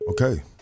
okay